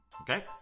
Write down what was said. Okay